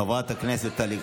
חברת הכנסת גוטליב